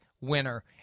winner